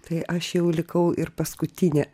tai aš jau likau ir paskutinė